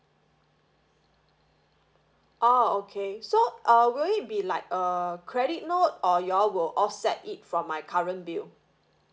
oh okay so uh will it be like uh credit note or y'all will offset it from my current bill